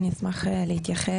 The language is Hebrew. אני אשמח להתייחס.